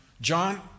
John